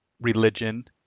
religion